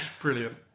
Brilliant